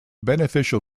beneficial